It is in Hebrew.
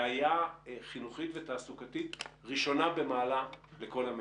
בעיה חינוכית ותעסוקתית ראשונה במעלה לכל המשק.